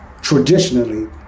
traditionally